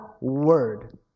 word